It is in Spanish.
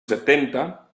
setenta